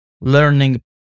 learning